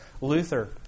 Luther